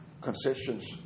concessions